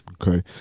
Okay